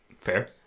Fair